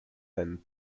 than